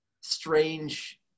strange